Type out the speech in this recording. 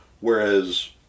whereas